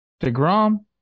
DeGrom